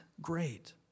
great